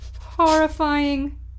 horrifying